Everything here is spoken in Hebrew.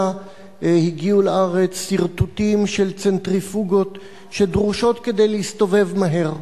הגיעו לארץ סרטוטים של צנטריפוגות שדרושות כדי להסתובב מהר.